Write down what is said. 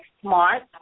smart